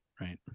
right